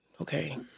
Okay